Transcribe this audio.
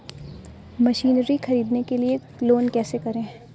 Machinery ख़रीदने के लिए लोन कैसे करें?